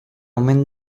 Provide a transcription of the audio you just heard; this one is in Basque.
omen